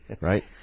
right